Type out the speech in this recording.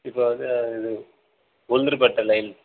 இப்போ வந்து இது உளுந்தூர்பேட்டை லைன்